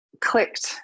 clicked